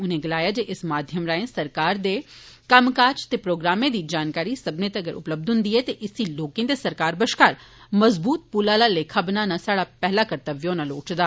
उनें गलाया जे इस माध्यम राएं सरकार दे कम्म काज ते प्रोग्रामें दी जानकारी सब्मनें गी उपलब्ध हुन्दी ऐ ते इस्सी लोकें ते सरकार बश्कार मज़बूत पुल आला लेखा बनाना साह्डा पैहला कृत्वय होना लोड़चदा